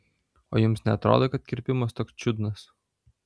o jums neatrodo kad kirpimas toks čiudnas